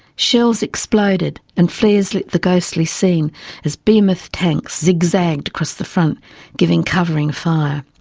shells exploded and flares lit the ghostly scene as behemoth tanks zig-zagged across the front giving covering fire.